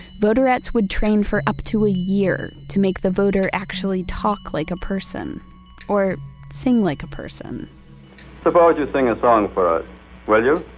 voderettes would train for up to a year to make the voter actually talk like a person or sing like a person suppose you sing a song for yeah yeah